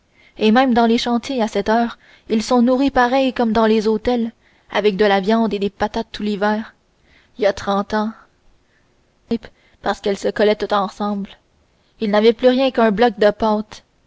et même dans les chantiers à cette heure ils sont nourris pareil comme dans les hôtels avec de la viande et des patates tout l'hiver il y a trente ans il se tut quelques instants et exprima d'un seul hochement de tête